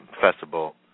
festival